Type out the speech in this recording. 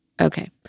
Okay